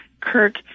Kirk